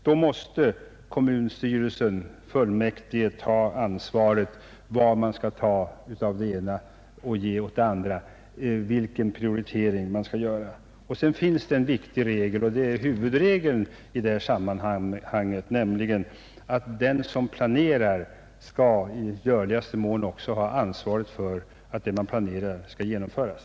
Då måste kommunstyrelsen och fullmäktige bära ansvaret för vad man skall ta av det ena för att ge åt det andra, alltså vilken prioritering man skall göra. Sedan finns en viktig regel, huvudregeln i detta sammanhang: att den som planerar i görligaste mån skall ha ansvaret för att det man planerar också genomförs.